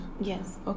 Yes